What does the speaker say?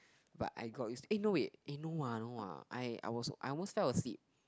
but I got use eh no wait eh no ah no ah I I was I almost fell asleep